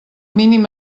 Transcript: mínim